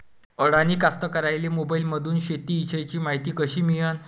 अडानी कास्तकाराइले मोबाईलमंदून शेती इषयीची मायती कशी मिळन?